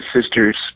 sisters